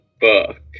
book